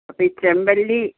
അപ്പോൾ ഈ ചെമ്പല്ലീ